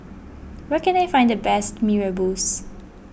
where can I find the best Mee Rebus